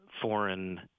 foreign